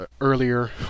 earlier